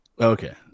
Okay